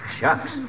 Shucks